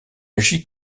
agit